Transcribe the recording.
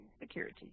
security